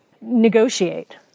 negotiate